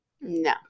no